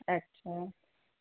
ଆଚ୍ଛା